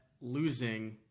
losing